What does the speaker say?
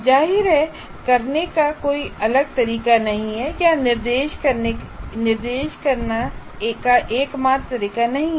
जाहिर है करने का कोई अलग तरीका नहीं है या निर्देश करने का एकमात्र तरीका नहीं है